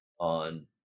on